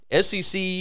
SEC